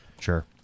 Sure